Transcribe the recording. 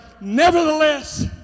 Nevertheless